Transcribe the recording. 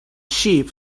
sheep